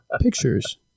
pictures